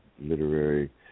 literary